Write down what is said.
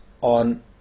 on